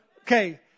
Okay